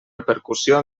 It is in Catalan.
repercussió